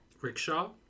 rickshaw